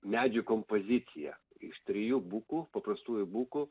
medžių kompozicija iš trijų bukų paprastųjų bukų